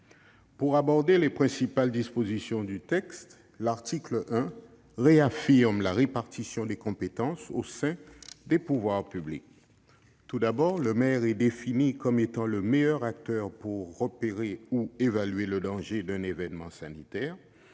vais aborder les principales dispositions du texte. L'article 1 réaffirme la répartition des compétences au sein des pouvoirs publics. Tout d'abord, le maire est défini comme étant le meilleur acteur pour repérer ou évaluer le danger d'un événement sanitaire